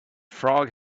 frog